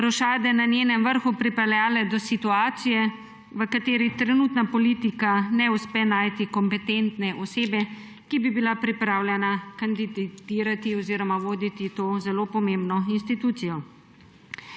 rošade na njenem vrhu pripeljale do situacije, v kateri trenutna politika ne uspe najti kompetentne osebe, ki bi bila pripravljena kandidirati oziroma voditi to zelo pomembno institucijo.